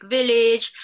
Village